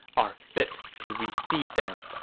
are fit to receive them.